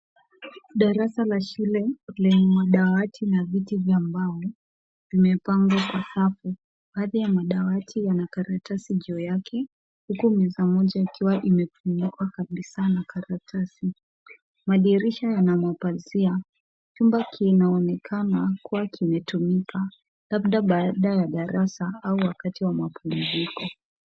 Darasa la shule, lenye madawati na viti vya mbao, vimepangwa kwa safu. Baadhi ya madawati yana karatasi juu yake, huku meza moja ikiwa imefungwa kabisa na karatasi. Madirisha yana mapazia. Chumba kinaonekana kuwa kimetumika, labda baada ya darasa au wakati wa mapumziko.